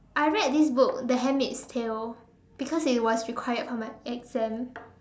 I read this book the handmaid's tale because it was required for my exam